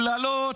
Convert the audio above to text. קללות